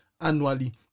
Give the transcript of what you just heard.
annually